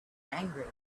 angry